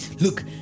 Look